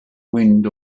wind